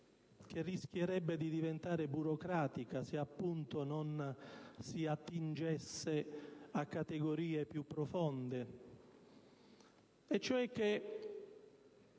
che rischierebbe di diventare burocratica se non si attingesse a categorie più profonde.